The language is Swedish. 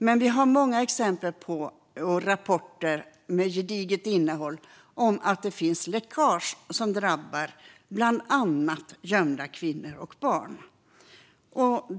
Men vi har många exempel och rapporter med gediget innehåll som visar att det förekommer läckage som drabbar bland annat gömda kvinnor och barn.